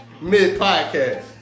Mid-podcast